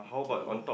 okay